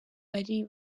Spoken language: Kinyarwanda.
bari